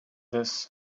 this